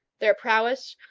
their prowess,